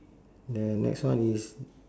the next one is